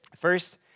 First